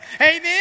Amen